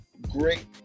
great